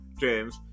James